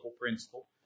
principle